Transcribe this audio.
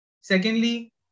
Secondly